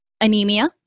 anemia